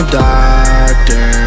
doctor